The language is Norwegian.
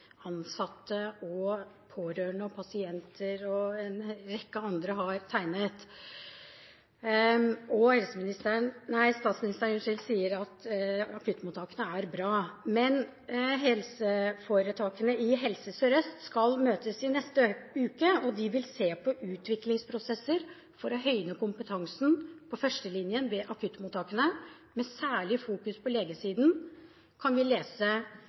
ansatte, pårørende, pasienter og en rekke andre har tegnet. Statsministeren sier at akuttmottakene er bra. Helseforetakene i Helse Sør-Øst skal møtes i neste uke, og de vil se på utviklingsprosesser for å høyne kompetansen i førstelinjen ved akuttmottakene, med særlig vekt på legesiden. Det kan vi lese